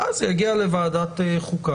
ואז זה יגיע לוועדת חוקה,